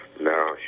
No